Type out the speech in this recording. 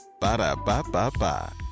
Ba-da-ba-ba-ba